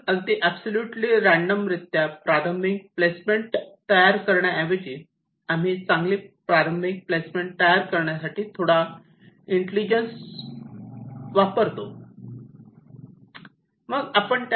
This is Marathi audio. म्हणून अगदी अब्सोल्युटली रॅण्डम रित्या प्रारंभिक प्लेसमेंट तयार करण्याऐवजी आम्ही चांगली प्रारंभिक प्लेसमेंट तयार करण्यासाठी थोडा इंटेलिजन्स बुद्धिमत्ता वापरतो